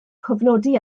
cofnodi